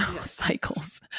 cycles